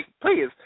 please